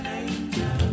angel